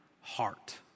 heart